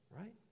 right